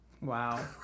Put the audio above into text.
Wow